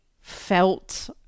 felt